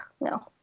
No